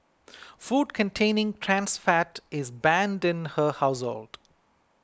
food containing trans fat is banned in her household